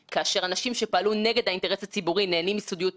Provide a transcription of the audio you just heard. שעשו פה עבודה יוצאת מן הכלל לא ימשיכו איתנו לכנסת הבאה,